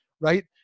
right